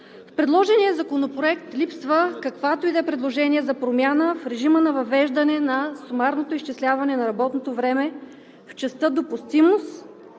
предложения законопроект липсва каквото и да е предложение за промяна в режима на въвеждане на сумарното изчисляване на работното време в частта „допустимост“